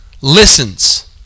listens